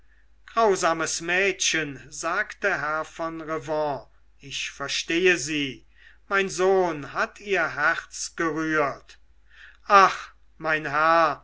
grausames mädchen sagte herr von revanne ich verstehe sie mein sohn hat ihr herz gerührt ach mein herr